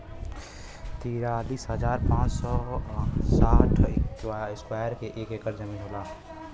तिरालिस हजार पांच सौ और साठ इस्क्वायर के एक ऐकर जमीन होला